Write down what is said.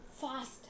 fast